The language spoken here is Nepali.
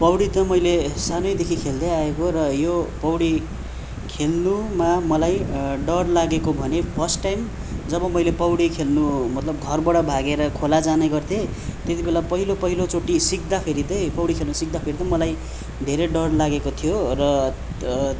पौडी त मैले सानेदेखि खेल्दै आएको र यो पौडी खेल्नुमा मलाई डर लागेको भने फर्स्ट टाइम जब मैले पौडी खेल्नु मतलब घरबाट भागेर खोला जाने गर्थेँ त्यति बेला पहिलो पहिलोचोटि सिक्दाखेरि पौडी खेल्नु सिक्दाखेरि चाहिँ मलाई धेरै डर लागेको थियो र